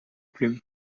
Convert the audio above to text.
plume